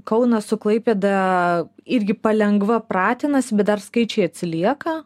kauną su klaipėda irgi palengva pratinasi bet dar skaičiai atsilieka